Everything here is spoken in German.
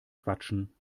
quatschen